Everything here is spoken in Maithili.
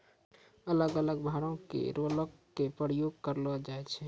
अलग अलग भारो के रोलर के प्रयोग करलो जाय छै